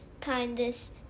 kindness